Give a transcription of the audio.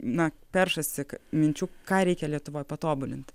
na peršasi minčių ką reikia lietuvoj patobulint